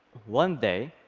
one day,